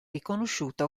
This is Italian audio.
riconosciuta